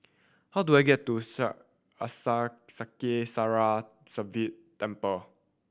how do I get to Sri Sivan Temple